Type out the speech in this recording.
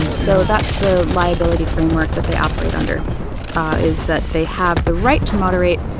and so that's the liability framework that they operate under ah is that they have the right to moderate.